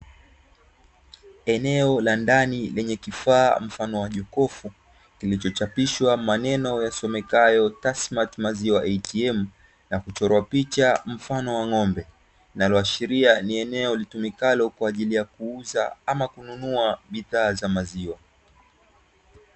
Eneo la ndani lenye kifaa mfano wa jokofu, kilichochapishwa maneno yasomekayo "Tassmatt Milk Atm", na kuchorwa picha mfano wa ng'ombe, inayoashiria ni eneo litumikalo kwa ajili ya kuuza ama kununua bidhaa za maziwa.